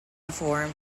perform